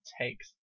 takes